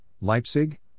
Leipzig